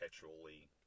perpetually